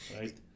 right